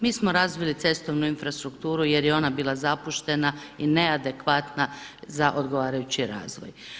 Mi smo razvili cestovnu infrastrukturu jer je ona bila zapuštena i neadekvatna za odgovarajući razvoj.